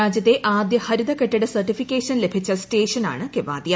രാജ്യത്തെ ആദ്യ ഹരിത കെട്ടിട സെർട്ടിഫിക്കേഷൻ ലഭിച്ച സ്റ്റേഷനാണ് കേവാദിയ